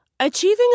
Achieving